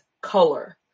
color